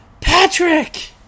Patrick